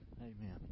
Amen